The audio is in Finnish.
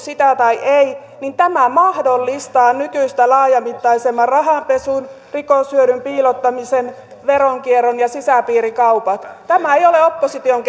sitä tai ei niin tämä mahdollistaa nykyistä laajamittaisemman rahanpesun rikoshyödyn piilottamisen veronkierron ja sisäpiirikaupat tämä ei ole opposition